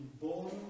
born